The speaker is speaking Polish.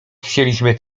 chcieliśmy